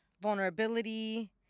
vulnerability